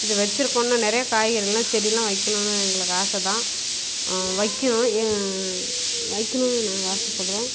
இது வச்சிருக்கோம் இன்னும் நிறைய காய்கறிலாம் செடிலாம் வைக்கணும்னு எங்களுக்கு ஆசை தான் வைக்கணும் வைக்கணும்னு நாங்கள் ஆசைப்படுறோம்